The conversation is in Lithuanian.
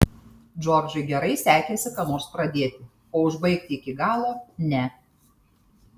džordžui gerai sekėsi ką nors pradėti o užbaigti iki galo ne